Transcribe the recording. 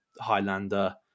Highlander